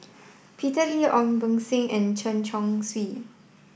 Peter Lee Ong Beng Seng and Chen Chong Swee